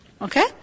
okay